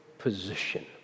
Position